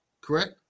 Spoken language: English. correct